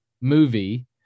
movie